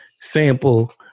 Sample